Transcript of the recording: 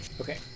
Okay